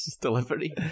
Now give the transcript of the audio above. delivery